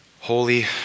Holy